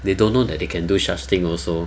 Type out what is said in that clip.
they don't know that they can do such thing also